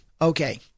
Okay